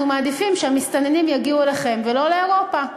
אנחנו מעדיפים שהמסתננים יגיעו אליכם ולא לאירופה.